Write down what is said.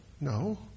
No